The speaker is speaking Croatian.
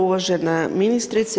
Uvažena ministrice.